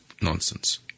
Nonsense